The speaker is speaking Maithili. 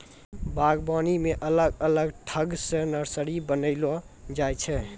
बागवानी मे अलग अलग ठंग से नर्सरी बनाइलो जाय छै